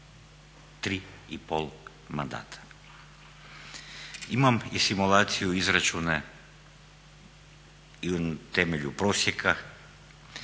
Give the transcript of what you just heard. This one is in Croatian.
3,5 mandata. Imam i simulaciju izračuna na temelju prosjeka